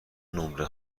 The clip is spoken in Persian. نمره